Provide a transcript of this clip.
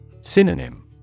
Synonym